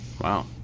Wow